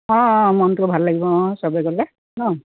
অঁ অঁ মনটোও ভাল লাগিব অঁ সবে গ'লে ন'